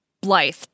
Blythe